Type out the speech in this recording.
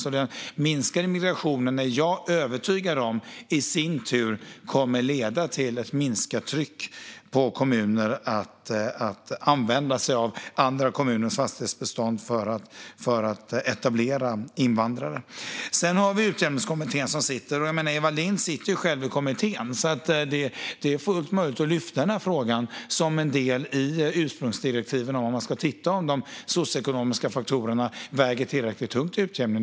Jag är alltså övertygad om att den minskade migrationen i sin tur kommer att leda till ett minskat tryck på kommuner att använda sig av andra kommuners fastighetsbestånd för att etablera invandrare. Vi har Utjämningskommittén som sitter, och Eva Lindh sitter själv i den kommittén. Det är alltså fullt möjligt att lyfta denna fråga som en del av ursprungsdirektiven om att man ska titta på om de socioekonomiska faktorerna väger tillräckligt tungt i utjämningen.